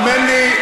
האמן לי,